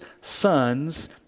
sons